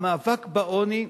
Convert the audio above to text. המאבק בעוני,